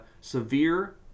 severe